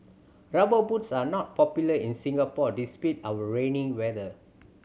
Rubber Boots are not popular in Singapore despite our rainy weather